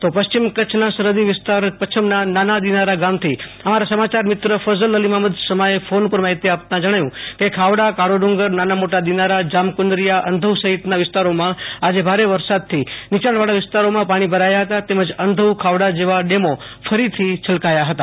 તો પશ્ચિમ કચ્છના સરહદી વિસ્તાર પચ્છમના નાના દિનારા ગામથી સમાયાર મિત્ર ફજલ અલીમામદ સમાએ ફોન ઉપર માહિતી આપતા જણાવ્યુ હતુ કે ખાવડાકાળો ડુંગર નાના મોટા દિનારાજામ કુનરીયા અંધી સહિતના વિસ્તારોમાં આજે ભારે વરસાદ થી નીયાણવાળા વિસ્તારોમાં પાણી ભરાયા હતા તેમજ અંધૌ ખાવડા જેવા ડેમો ફરીથી છલકાયા હતા